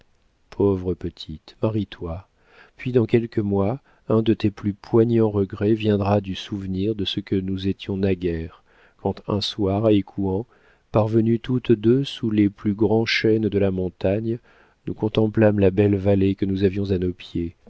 pauvre petite marie-toi puis dans quelques mois un de tes plus poignants regrets viendra du souvenir de ce que nous étions naguère quand un soir à écouen parvenues toutes deux sous les plus grands chênes de la montagne nous contemplâmes la belle vallée que nous avions à nos pieds